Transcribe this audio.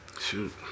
Shoot